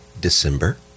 December